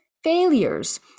Failures